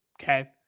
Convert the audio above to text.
okay